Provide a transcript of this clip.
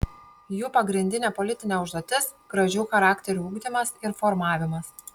jų pagrindinė politinė užduotis gražių charakterių ugdymas ir formavimas